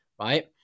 Right